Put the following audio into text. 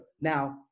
Now